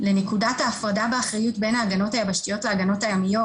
לנקודת ההפרדה באחריות בין ההגנות היבשתיות להגנות הימיות,